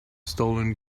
stolen